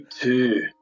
two